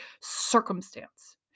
circumstance